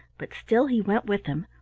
but still he went with him,